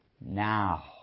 now